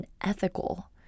unethical